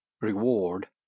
reward